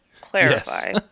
clarify